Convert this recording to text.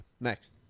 next